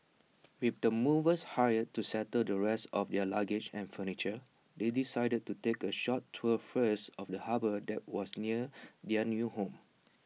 with the movers hired to settle the rest of their luggage and furniture they decided to take A short tour first of the harbour that was near their new home